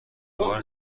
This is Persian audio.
بار